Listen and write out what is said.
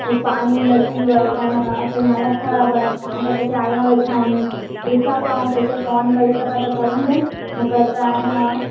अ पाणी अची वियो आहे त न असांजी हालत ख़राबु आहे असां पोइ हिते आला वेठा आहियूं ॾिसो हाणे कंहिं खे फोन करे सघां त करंदमि छाकाणि त हाणे न